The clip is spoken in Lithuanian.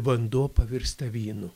vanduo pavirsta vynu